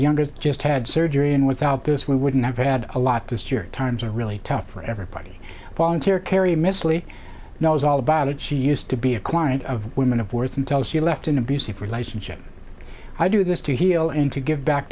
youngest just had surgery and without this we wouldn't have had a lot this year times are really tough for everybody volunteer kerry miss lee knows all about it she used to be a client of women of worth and tell she left an abusive relationship i do this to heal and to give back